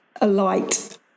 alight